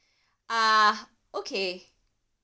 uh okay